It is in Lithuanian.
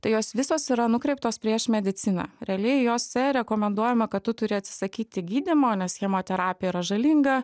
tai jos visos yra nukreiptos prieš mediciną realiai jose rekomenduojama kad tu turi atsisakyti gydymo nes chemoterapija yra žalinga